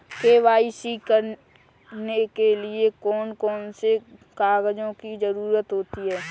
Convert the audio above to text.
KYC करने के लिए कौन कौन से कागजों की जरूरत होती है?